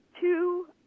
two